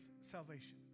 salvation